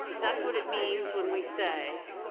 that's what it means when we say